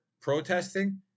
protesting